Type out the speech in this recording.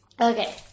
Okay